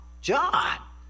John